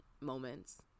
moments